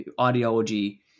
Ideology